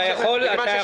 אני אבדוק עכשיו עוד פעם.